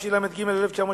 , התשל"ג 1973,